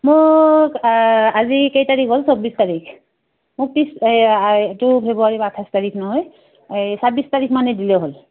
মোক আজি কেই তাৰিখ হ'ল চৌব্বিছ তাৰিখ মোক ফেব্ৰুৱাৰী আঠাইছ তাৰিখ নহয় এই ছাব্বিছ তাৰিখ মানে দিলেই হ'ল